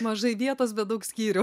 mažai vietos bet daug skyrių